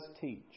teach